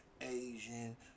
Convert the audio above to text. Asian